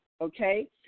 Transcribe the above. okay